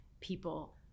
people